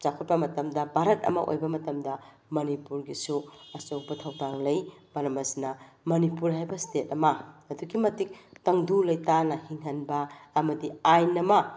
ꯆꯥꯎꯈꯠꯄ ꯃꯇꯝꯗ ꯚꯥꯔꯠ ꯑꯃ ꯑꯣꯏꯕ ꯃꯇꯝꯗ ꯃꯅꯤꯄꯨꯔꯒꯤꯁꯨ ꯑꯆꯧꯕ ꯊꯧꯗꯥꯡ ꯂꯩ ꯃꯔꯝ ꯑꯁꯤꯅ ꯃꯅꯤꯄꯨꯔ ꯍꯥꯏꯕ ꯏꯁꯇꯦꯠ ꯑꯃ ꯑꯗꯨꯛꯀꯤ ꯃꯇꯤꯛ ꯇꯪꯗꯨ ꯂꯩꯇꯥꯅ ꯍꯤꯡꯍꯟꯕ ꯑꯃꯗꯤ ꯑꯥꯏꯟ ꯑꯃ